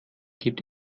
gibt